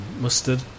mustard